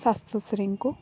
ᱥᱟᱥᱛᱚ ᱥᱮᱨᱮᱧ ᱠᱚ